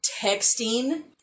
texting